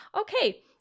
Okay